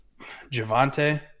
Javante